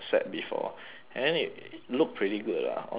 and then it look pretty good lah on on picture